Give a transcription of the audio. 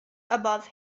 above